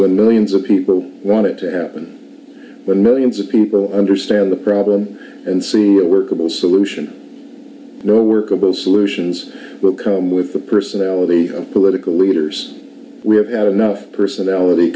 when millions of people want it to happen but millions of people understand the problem and see it workable solution no workable solutions will come with the personality of political leaders we have had enough personality